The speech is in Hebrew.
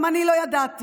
גם אני לא ידעתי,